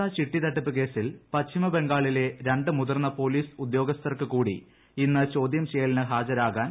ശാരദാ ചിട്ടി തട്ടിപ്പു കേസിൽ പശ്ചിമ ബംഗാളിലെ രണ്ടു മുതിർന്ന പോലീസ് ഉദ്യോഗസ്ഥർക്കു കൂടി ഇന്ന് ചോദ്യം ചെയ്യലിന് ഹാജരാകാൻ സി